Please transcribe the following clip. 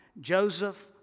Joseph